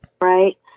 right